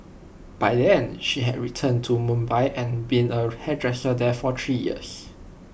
by then she had returned to Mumbai and been A hairdresser there for three years